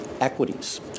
Equities